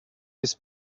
this